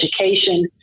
education